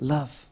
Love